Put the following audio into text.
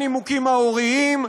הנימוקים ההוריים,